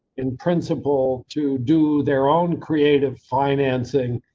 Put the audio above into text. in principle to do their own creative financing.